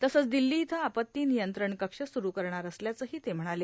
तसंच दिल्ली इथं आपत्ती नियंत्रण कक्ष सुरू करणार असल्याचंही ते म्हणाले